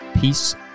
Peace